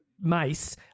mace